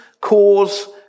cause